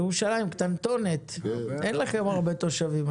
ירושלים קטנטונת, אין לכם הרבה תושבים.